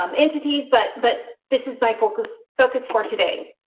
um entities but but this is my focus focus for today.